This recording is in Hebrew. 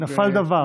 נפל דבר.